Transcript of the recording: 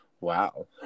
wow